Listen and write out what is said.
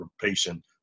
patient